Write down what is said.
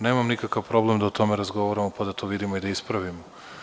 Nemam nikakav problem da o tome razgovaramo, pa da to vidimo i da ispravimo.